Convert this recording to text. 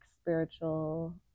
spiritual